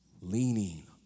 Leaning